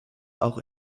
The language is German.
auch